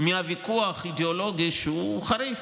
מהוויכוח האידיאולוגי, שהוא חריף,